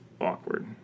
awkward